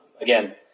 again